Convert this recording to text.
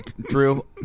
Drew